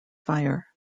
fire